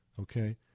okay